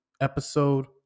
episode